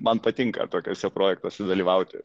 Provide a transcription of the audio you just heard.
man patinka tokiuose projektuose dalyvauti